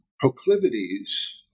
proclivities